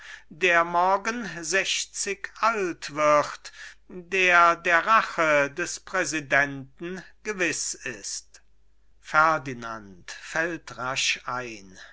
tochter der morgen sechzig wird der der rache des präsidenten gewiß ist ferdinand